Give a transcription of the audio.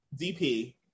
DP